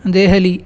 Delhi